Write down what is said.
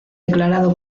declarado